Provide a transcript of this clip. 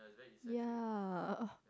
yea